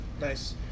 Nice